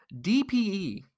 DPE